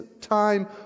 time